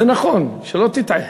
זה נכון, שלא תטעה.